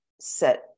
set